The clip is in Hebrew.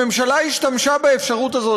הממשלה השתמשה באפשרות הזאת,